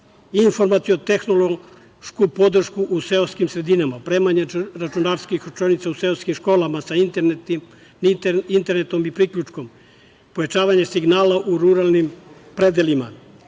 informaciono-tehnološku podršku u seoskim sredinama, opremanje računarskih učionica u seoskim školama sa internetom i priključkom, pojačavanje signala u ruralnim predelima;